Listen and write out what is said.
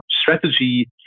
strategy